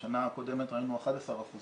בשנה הקודמת ראינו 11%